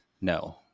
No